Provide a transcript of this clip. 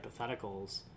hypotheticals